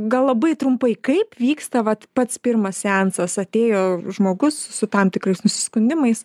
gal labai trumpai kaip vyksta vat pats pirmas seansas atėjo žmogus su tam tikrais nusiskundimais